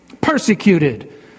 persecuted